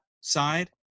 side